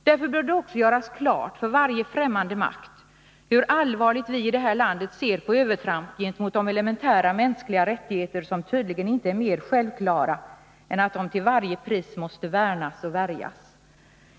Därför bör det också göras klart för varje fträmmande makt hur allvarligt vi här i landet ser på övertramp gentemot de elementära mänskliga rättigheter som tydligen inte är mera självklara än att de till varje pris måste värnas och värjas.